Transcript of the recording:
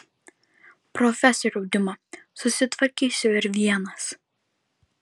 profesoriau diuma susitvarkysiu ir vienas